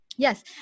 Yes